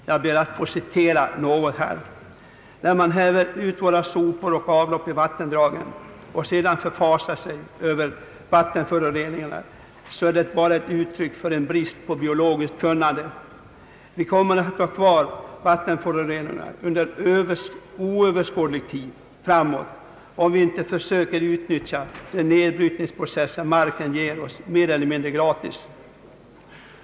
Jag ber att få citera några stycken ur artikeln. »När man häver ut våra sopor och avlopp i vattendragen och sedan förfasar sig över våra vattenföroreningar så är detta bara ett uttryck för en brist på biologiskt kunnande. Vi kommer att ha kvar våra vattenföroreningar under oöverskådlig framtid, om vi inte försöker utnyttja de nedbrytningsprocesser marken ger oss mer eller mindre gratis.